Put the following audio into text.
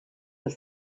have